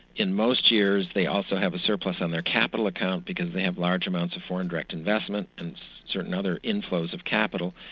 in most years they also have a surplus on their capital account because they have large amounts of foreign direct investment and certain other inflows of capital.